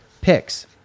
picks